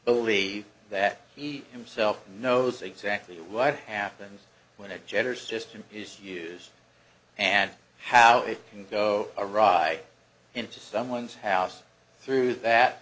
believe that he himself knows exactly what happened when a gender system is used and how it can go a wry into someone's house through that